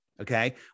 okay